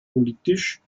politisch